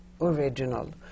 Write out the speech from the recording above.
original